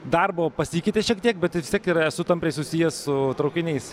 darbo pasikeitė šiek tiek bet vis tiek ir esu tampriai susijęs su traukiniais